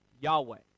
Yahweh